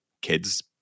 kids